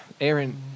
Aaron